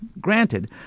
granted